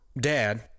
dad